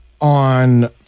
on